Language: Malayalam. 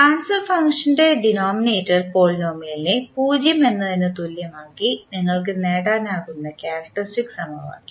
ട്രാൻസ്ഫർ ഫംഗ്ഷൻറെ ഡിനോമിനേറ്റർ പോളിനോമിയലിനെ 0 എന്നതിന് തുല്യമാക്കി നിങ്ങൾക്ക് നേടാനാകുന്ന ക്യാരക്ക്റ്ററിസ്റ്റിക് സമവാക്യം